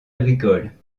agricole